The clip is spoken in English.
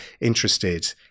interested